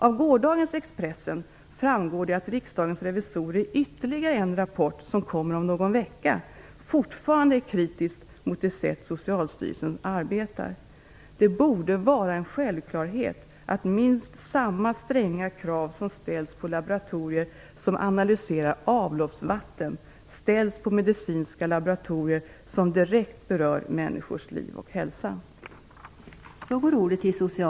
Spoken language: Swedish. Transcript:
Av gårdagens Expressen framgår det att Riksdagens revisorer i ytterligare en rapport, som kommer om någon vecka, är kritiska mot det sätt på vilket Socialstyrelsen arbetar. Det borde vara en självklarhet att minst samma stränga krav som ställs på laboratorier som analyserar avloppsvatten ställs på medicinska laboratorier, som direkt berör människors liv och hälsa.